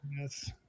Yes